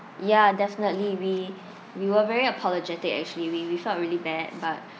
ya definitely we we were very apologetic actually we we felt really bad but